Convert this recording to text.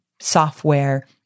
software